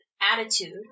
attitude